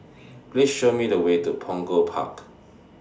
Please Show Me The Way to Punggol Park